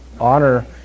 Honor